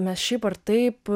mes šiaip ar taip